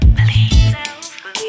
Believe